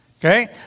Okay